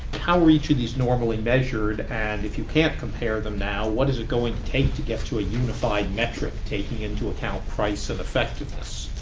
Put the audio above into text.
how are each of these normally measured? and if you can't compare them now, what is it going to take to get to a unified metric, taking into account price and effectiveness?